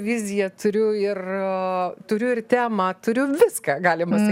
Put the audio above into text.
viziją turiu ir turiu ir temą turiu viską galima sa